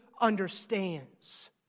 understands